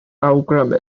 awgrymu